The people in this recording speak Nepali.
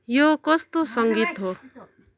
यो कस्तो सङ्गीत हो